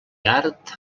art